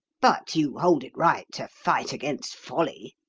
but you hold it right to fight against folly?